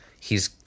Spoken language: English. he's-